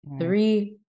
Three